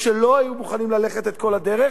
שלא היו מוכנים ללכת את כל הדרך.